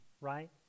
right